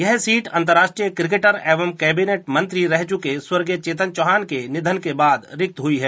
यह सीट अंतरराष्ट्रीय क्रिकेटर एवं कैबिनेट मंत्री रह चुके स्वर्गीय चेतन चौहान के निधन के बाद रिक्त हुई है